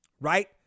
right